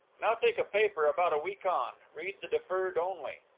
now take a paper about a week on. read the deferred only.